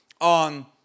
on